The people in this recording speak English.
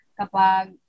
kapag